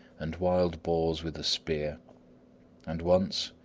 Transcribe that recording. and wild boars with a spear and once,